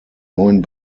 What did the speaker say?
neuen